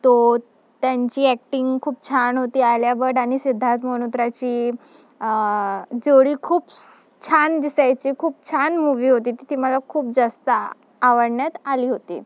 तो त्यांची ॲक्टिंग खूप छान होती आलिया भट आणि सिद्धार्थ मल्होत्राची जेवढी खूप छान स् दिसायची खूप छान मुव्ही होती तिथे मला खूप जास्त आवडण्यात आली होती